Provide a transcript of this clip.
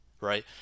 right